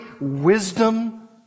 wisdom